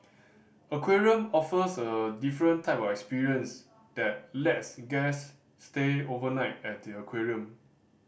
aquarium offers a different type of experience that lets guest stay overnight at the aquarium